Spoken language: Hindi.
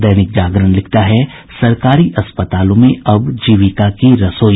दैनिक जागरण लिखता है सरकारी अस्पतालों में अब जीविका की रसोई